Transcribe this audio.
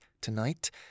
tonight